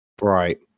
right